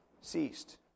ceased